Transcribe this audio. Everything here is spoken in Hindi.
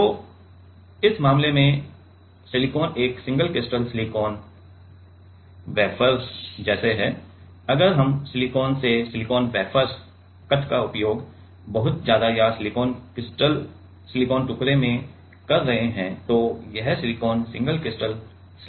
तो इस मामले में कि सिलिकॉन एक सिंगल क्रिस्टल सिलिकॉन क्योंकि सिंगल क्रिस्टल सिलिकॉन वेफर जैसे अगर हम सिलिकॉन से सिलिकॉन वेफर कट का उपयोग बहुत जायदा या सिंगल क्रिस्टल सिलिकॉन टुकड़े में कर रहे हैं तो यह सिलिकॉन सिंगल क्रिस्टल सिलिकॉन होगा